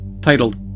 titled